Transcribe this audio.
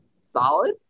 Solid